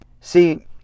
See